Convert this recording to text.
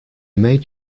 made